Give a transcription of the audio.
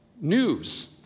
news